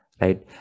right